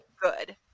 good